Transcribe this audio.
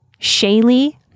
Shaylee